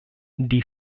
die